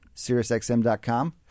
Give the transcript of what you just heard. SiriusXM.com